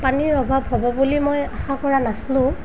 পানীৰ অভাৱ হ'ব বুলি মই আশা কৰা নাছিলোঁ